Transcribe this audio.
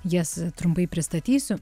jas trumpai pristatysiu